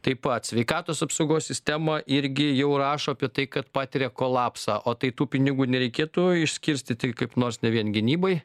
taip pat sveikatos apsaugos sistema irgi jau rašo apie tai kad patiria kolapsą o tai tų pinigų nereikėtų išskirstyti kaip nors ne vien gynybai